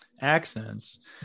accents